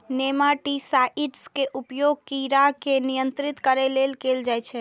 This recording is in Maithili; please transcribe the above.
नेमाटिसाइड्स के उपयोग कीड़ा के नियंत्रित करै लेल कैल जाइ छै